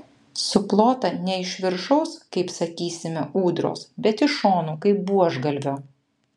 suplota ne iš viršaus kaip sakysime ūdros bet iš šonų kaip buožgalvio